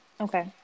Okay